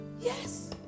Yes